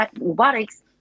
robotics